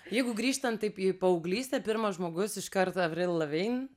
jeigu grįžtant taip į paauglystę pirmas žmogus iškart avril lavin